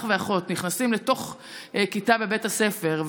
אח ואחות נכנסים לתוך כיתה בבית הספר,